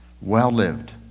well-lived